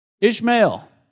Ishmael